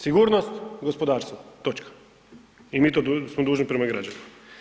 Sigurnost gospodarstva, točka i mi to smo dužni prema građanima.